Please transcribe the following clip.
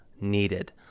needed